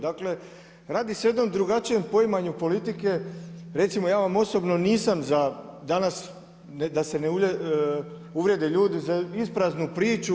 Dakle, radi se o jednom drugačijem, poimanju politike, recimo, ja vam osobno nisam za, danas, da se ne uvrijede ljudi za ispraznu priču.